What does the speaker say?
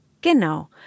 Genau